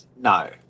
No